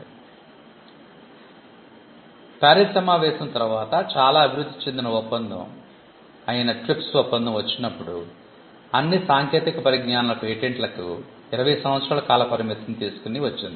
కాబట్టి ప్యారిస్ సమావేశం తరువాత చాలా అభివృద్ధి చెందిన ఒప్పందం అయిన TRIPS ఒప్పందం వచ్చినప్పుడు అన్ని సాంకేతిక పరిజ్ఞానాల పేటెంట్లకు 20 సంవత్సరాల కాలపరిమితిని తీసుకుని వచ్చింది